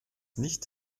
nicht